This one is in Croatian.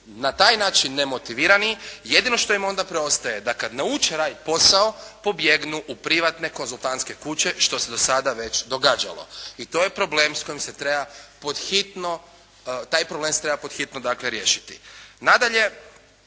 na taj način nemotivirani, jedino što im onda preostaje da kad nauče raditi posao, pobjegnu u privatne konzultantske kuće što se do sada već događalo. I to je problem s kojim se treba pod hitno, taj problem se treba pod hitno dakle riješiti. Nadalje,